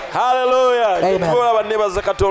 hallelujah